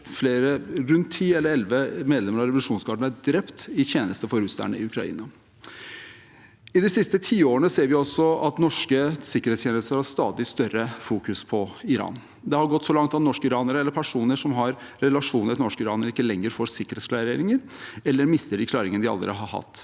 rundt ti eller elleve medlemmer av revolusjonsgarden er drept i tjeneste for russerne i Ukraina. De siste tiårene ser vi også at norske sikkerhetstjenester har et stadig større fokus på Iran. Det har gått så langt at norskiranere eller personer som har relasjoner til norskiranere, ikke lenger får sikkerhetsklareringer eller mister de klareringene de allerede har hatt.